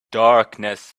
darkness